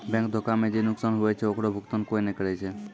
bank धोखा मे जे नुकसान हुवै छै ओकरो भुकतान कोय नै करै छै